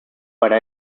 para